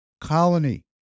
colony